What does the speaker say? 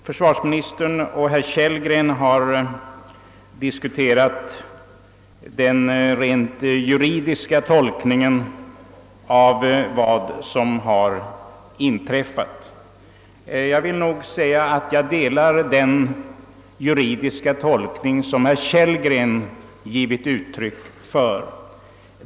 Försvarsministern och herr Kellgren har diskuterat den rent juridiska tolkningen av vad som har inträffat. Jag delar den mening som herr Kellgren givit uttryck för.